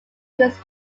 his